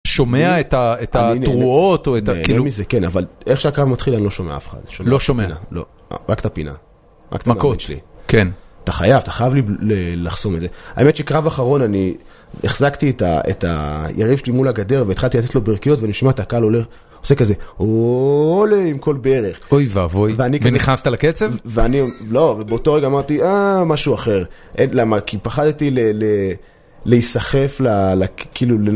‫שומע את התרועות או את ה... ‫-אני נהנה מזה, כן, אבל איך שהקרב מתחיל, ‫אני לא שומע אף אחד. ‫-לא שומע? ‫לא, רק את הפינה. ‫-רק את המכות שלי. ‫כן. ‫-אתה חייב, אתה חייב לחסום את זה. ‫האמת שקרב אחרון אני החזקתי ‫את היריב שלי מול הגדר ‫והתחלתי לתת לו ברכיות ‫ואני שומע את הקהל עולה, ‫הוא עושה כזה ‫"אווווולה" עם כל ברך. ‫-אוי ואבוי, ונכנסת לקצב? ‫-ואני, לא, באותו רגע אמרתי, אה, משהו אחר. למה? ‫כי פחדתי להיסחף,